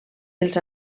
els